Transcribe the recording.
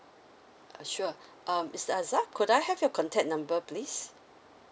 uh sure um mister azar could I have your contact number please